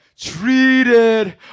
Treated